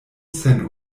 sen